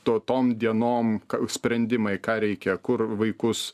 to tom dienom sprendimai ką reikia kur vaikus